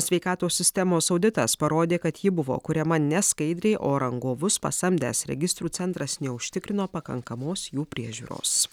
sveikatos sistemos auditas parodė kad ji buvo kuriama neskaidriai o rangovus pasamdęs registrų centras neužtikrino pakankamos jų priežiūros